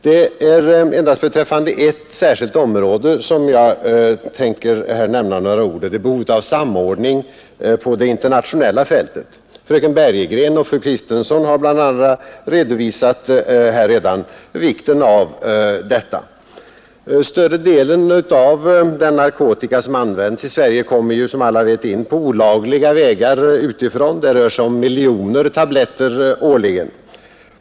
Det är endast beträffande ett särskilt område som jag tänker säga några ord — det gäller behovet av samordning på det internationella fältet. Bl.a fröken Bergegren och fru Kristensson har redan pekat på vikten av detta. Större delen av den narkotika som används i Sverige kommer, som alla vet, in på olagliga vägar utifrån. Det rör sig om miljoner tabletter årligen.